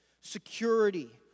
security